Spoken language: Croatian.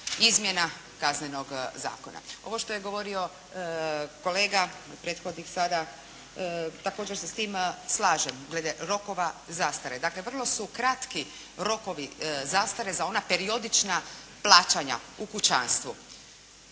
izmjena Kaznenog zakona. Ovo što je govorio kolega prethodnik sada, također se s tim slažem glede rokova zastare. Dakle, vrlo su kratki rokovi zastare za ona periodična plaćanja u kućanstvu.